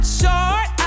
short